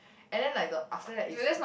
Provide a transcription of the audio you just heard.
and then like the after that is